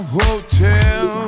hotel